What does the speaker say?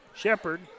Shepard